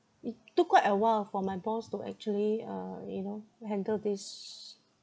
it took quite a while for my boss to actually uh you know handle this